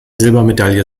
silbermedaille